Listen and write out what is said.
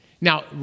Now